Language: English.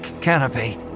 canopy